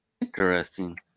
Interesting